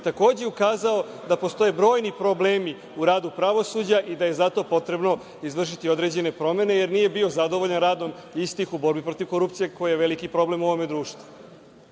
takođe ukazao da postoje brojni problemi u radu pravosuđa i da je zato potrebno izvršiti određene promene, jer nije bio zadovoljan radom istih u borbi protiv korupcije koja je veliki problem u ovom društvu.